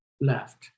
left